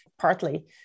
partly